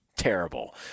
terrible